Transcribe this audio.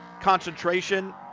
concentration